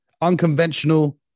Unconventional